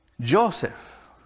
Joseph